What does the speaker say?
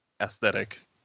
aesthetic